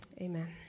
Amen